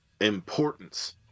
importance